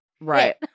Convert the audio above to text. Right